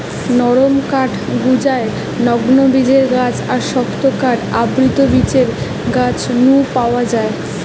নরম কাঠ জুগায় নগ্নবীজের গাছ আর শক্ত কাঠ আবৃতবীজের গাছ নু পাওয়া যায়